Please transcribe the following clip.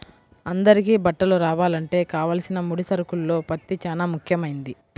అందరికీ బట్టలు రావాలంటే కావలసిన ముడి సరుకుల్లో పత్తి చానా ముఖ్యమైంది